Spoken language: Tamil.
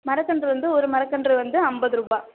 மரக்கன்று வந்து ஒரு மரக்கன்று வந்து ஐம்பதுருபா